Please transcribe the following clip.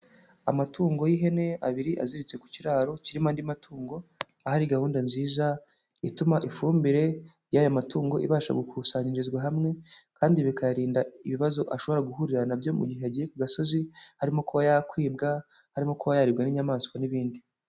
Amatungo y'ihene abiri aziritse ku kiraro kirimo andi matungo, aho ari gahunda nziza ituma ifumbire y'aya matungo ibasha gukusanyirizwa hamwe kandi bikayarinda ibibazo ashobora guhurira nabyo mu gihe yagiye ku gasozi, harimo kuba yakwibwa, harimo kuba yaribwa n'inyamaswa n'ibindi.